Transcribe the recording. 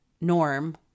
norm